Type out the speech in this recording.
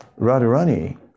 radharani